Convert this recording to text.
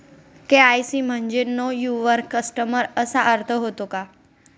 KYC म्हणजे know your customer असा अर्थ होतो का?